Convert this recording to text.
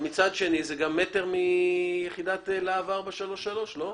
מצד שני זה גם מטר מיחידת לה"ב 433. לא?